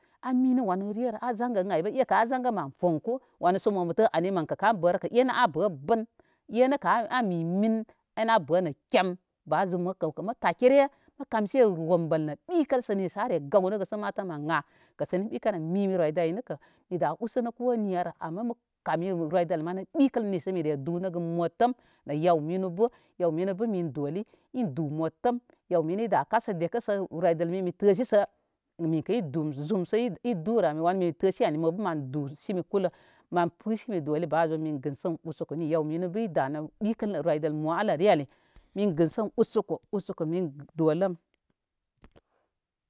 A minə wanurerə a zangə ən ay bə ekə a zangə mən fonko wanə sə mə tə mənkə á bərrə a bərə bən. enə kə ami min en abə nə kem. Ba zum mə takure mə kamse wombəl nə ɓikəl sə ni sə are gaw nəgə sə ma tə mən akəsən i ɓikən ay. Mi mi roydəl ay nəkə mida usənə ko niyarə mə roydəl məni ɓikəl ni səmi re dunəgə mə təm nə yaw minu bə, yaw minu bə min doli in du mo təm yaw minu ida kasə dikə rə sə roydəl min mi təsi sə min kə in dun zum sə i durə ay wan min təsi ay mə bə mən dusin kulə mən pəsimi doli ba zum min gənsən usoko ni yaw minu bə i danə ɓikəl nə roydəl mo allə re ali min gənsən usoko, usoko min doləm